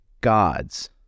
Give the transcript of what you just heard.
gods